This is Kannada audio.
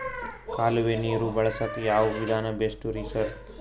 ಕಾಲುವೆ ನೀರು ಬಳಸಕ್ಕ್ ಯಾವ್ ವಿಧಾನ ಬೆಸ್ಟ್ ರಿ ಸರ್?